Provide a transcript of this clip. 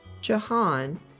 Jahan